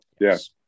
yes